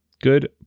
good